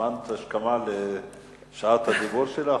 הזמנת השכמה לשעת הדיבור שלך?